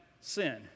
sin